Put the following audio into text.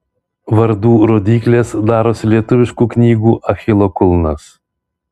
vardų rodyklės darosi lietuviškų knygų achilo kulnas